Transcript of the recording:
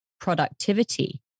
productivity